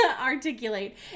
articulate